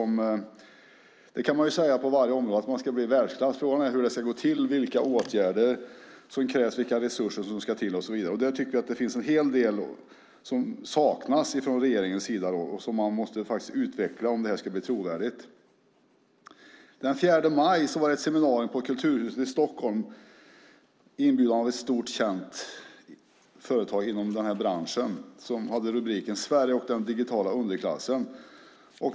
Man kan säga på varje område att det ska bli i världsklass. Frågan är vilka åtgärder som krävs och vilka resurser som ska till. Det är en hel del som saknas från regeringens sida och som man måste utveckla om det ska bli trovärdigt. Den 4 maj var det ett seminarium på Kulturhuset i Stockholm på inbjudan av ett stort känt företag i branschen, Sverige och den digitala underklassen .